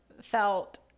felt